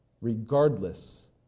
regardless